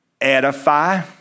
edify